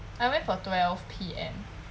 I went for twelve P_M